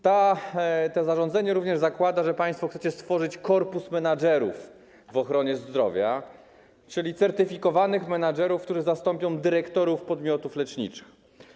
To zarządzenie również zakłada, że państwo chcecie stworzyć korpus menedżerów w ochronie zdrowia, czyli certyfikowanych menedżerów, którzy zastąpią dyrektorów podmiotów leczniczych.